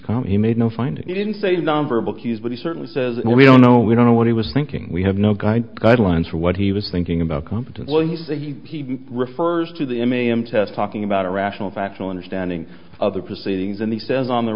calm he made no finding i didn't say non verbal cues but he certainly says no we don't know we don't know what he was thinking we have no kind guidelines for what he was thinking about competently he's a he refers to the mam test talking about irrational factual understanding of the proceedings and he says on the